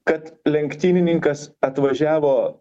kad lenktynininkas atvažiavo